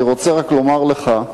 אני רוצה רק לומר לך,